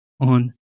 on